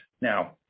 now